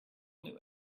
knew